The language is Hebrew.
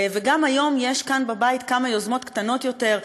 וגם היום יש כאן בבית כמה יוזמות קטנות יותר,